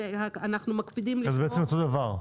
זה בעצם אותו הדבר.